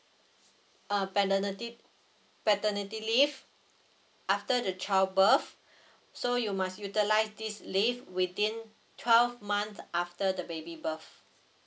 uh paternity paternity leave after the child birth so you must utilise this leave within twelve month after the baby birth